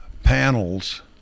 panels